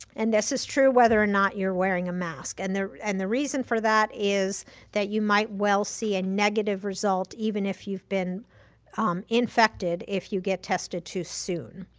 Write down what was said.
and this is true, whether or not you're wearing a mask. and the and the reason for that is that you might well see a negative result, even if you've been infected, if you get tested too soon.